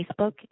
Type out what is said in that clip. Facebook